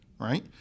Right